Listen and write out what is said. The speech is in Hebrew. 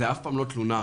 זאת אף פעם לא תלונה אחת,